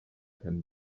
and